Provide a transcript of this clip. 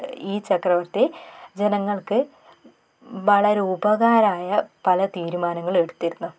ഈ ചക്രവർത്തി ജനങ്ങൾക്ക് വളരെ ഉപകാരമായ പല തീരുമാനങ്ങളും എടുത്തിരുന്നു